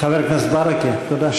חבר הכנסת ברכה, תודה.